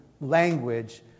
language